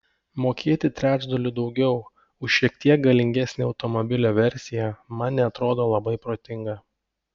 mokėti trečdaliu daugiau už šiek tiek galingesnę automobilio versiją man neatrodo labai protinga